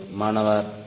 மாணவர் 28